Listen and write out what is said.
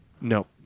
No